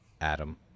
Adam